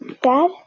Dad